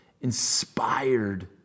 inspired